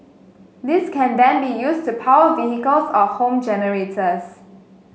this can then be used to power vehicles or home generators